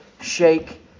shake